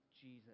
Jesus